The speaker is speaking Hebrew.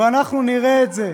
ואנחנו נראה את זה.